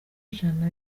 ijana